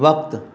वक़्तु